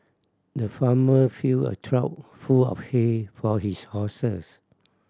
the farmer filled a trough full of hay for his horses